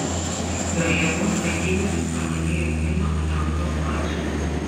garliavos rankininkės pralaimėjo pirmą atrankos mačą